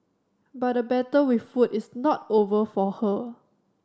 but the battle with food is not over for her